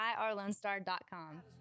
IRLoneStar.com